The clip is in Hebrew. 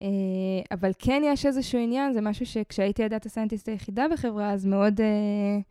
אבל כן יש איזשהו עניין, זה משהו שכשהייתי דאטה סיינטיסט היחידה בחברה אז מאוד...